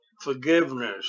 forgiveness